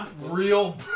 real